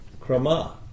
Krama